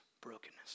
brokenness